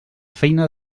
feina